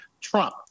Trump